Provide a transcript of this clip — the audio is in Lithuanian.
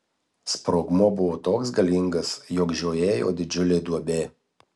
sprogmuo buvo toks galingas jog žiojėjo didžiulė duobė